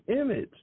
image